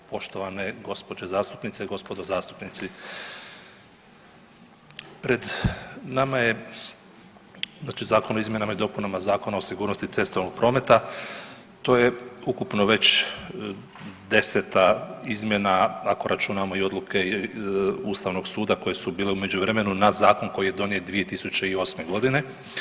Poštovane gospođe zastupnice i gospodo zastupnici, pred nama je znači Zakon o izmjenama i dopunama o sigurnosti cestovnog prometa to je ukupno već deseta izmjena ako računamo i odluke Ustavnog suda koje su bile u međuvremenu na zakon koji je donijet 2008. godine.